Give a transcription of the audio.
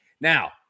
Now